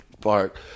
park